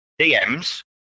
DMs